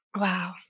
Wow